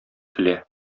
көлә